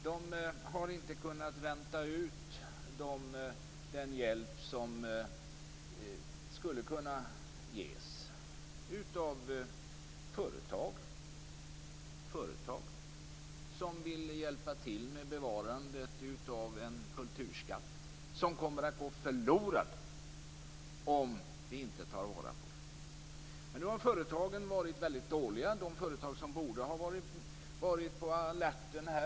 De har inte kunnat vänta ut den hjälp som skulle kunna ges av företag som vill hjälpa till med bevarandet av en kulturskatt som kommer att gå förlorad om vi inte tar vara på den. Men nu har företagen varit väldigt dåliga på detta - de företag som borde ha varit på alerten.